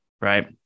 right